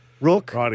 Rook